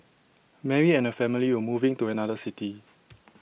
Mary and her family were moving to another city